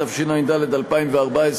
התשע"ד 2014,